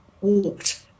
walked